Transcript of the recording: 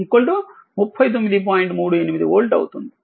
38 volt అవుతుంది